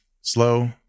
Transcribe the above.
slow